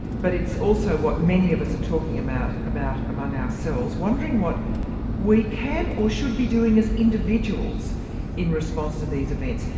but it's also what many of us are talking about about among ourselves, wondering what we can or should be doing as individuals in response to these events.